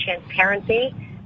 transparency